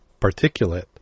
particulate